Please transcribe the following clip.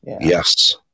yes